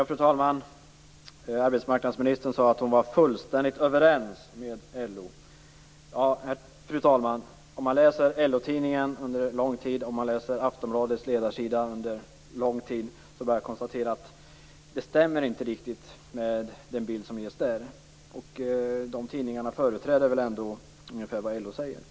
Fru talman! Arbetsmarknadsministern sade att hon var fullständigt överens med LO. Den som under lång tid har läst LO-tidningen och Aftonbladets ledarsida kan konstatera att den bilden inte riktigt stämmer. De tidningarna företräder väl ändå ungefärligen LO:s uppfattning.